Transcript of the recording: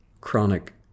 Chronic